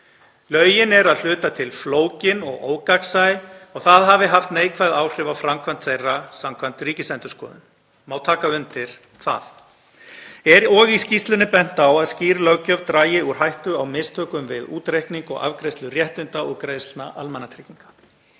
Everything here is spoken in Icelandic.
Lögin séu að hluta til flókin og ógagnsæ og það hafi haft neikvæð áhrif á framkvæmd þeirra. Má taka undir það. Er í skýrslunni bent á að skýr löggjöf dragi úr hættu á mistökum við útreikning og afgreiðslu réttinda og greiðslna almannatrygginga.